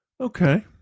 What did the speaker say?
Okay